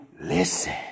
Listen